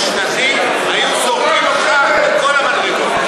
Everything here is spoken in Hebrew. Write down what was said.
תקציב דו-שנתי, היו זורקים אותך מכל המדרגות.